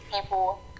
people